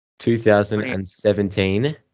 2017